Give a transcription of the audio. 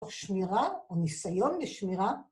שמירה וניסיון לשמירה.